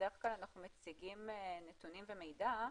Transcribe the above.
בבקשה, את הנתונים שיש לך ונמשיך הלאה.